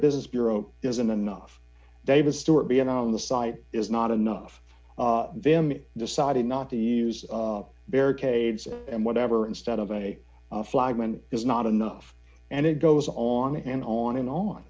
business bureau isn't enough david stuart being on the site is not enough them decided not to use barricades and whatever instead of a flag when there's not enough and it goes on and on and on